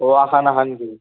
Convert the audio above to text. অঁ এখন এখনকৈ